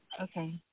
Okay